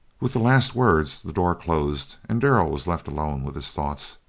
with the last words the door closed and darrell was left alone with his thoughts,